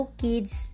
kids